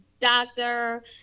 doctor